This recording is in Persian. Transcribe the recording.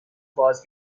باز